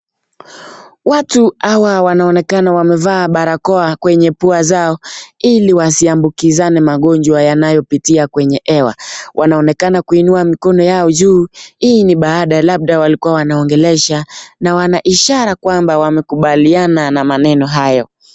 Watu hawa wanaonekana wamevaa barakoa kwenye pua zao ili wasiambukizane magonjwa yanayopitia kwenye hewa. Wanaonekana kuinua mikono yao juu, hii ni baada labda walikuwa wanaongelesha na wana ishara kwamba wamekubaliana na maneno hayo.